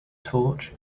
torch